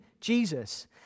Jesus